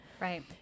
Right